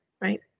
right